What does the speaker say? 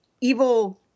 evil